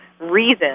reason